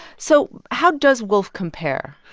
so how does wolf compare?